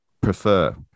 prefer